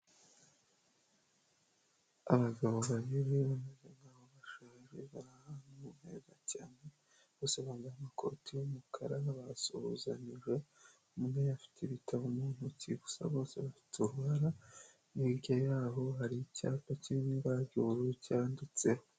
Abagabo babiri bameze nkaho bashaje bari ahantu heza cyane, base bambaye amakoti y'umukara basuhuzanyije, umwe afite ibitabo mu ntoki gusa bose bafite uruhara hirya yabo hari icyapa kiri mu ibara ry'ubururu cyanditse.